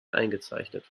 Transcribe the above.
eingezeichnet